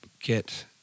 get